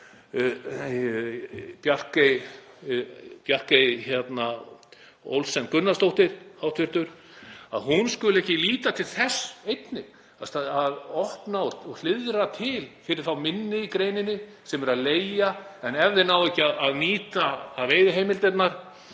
Bjarkey Olsen Gunnarsdóttir skuli ekki líta til þess einnig að opna og hliðra til fyrir þá minni í greininni sem eru að leigja. Ef þeir ná ekki að nýta veiðiheimildirnar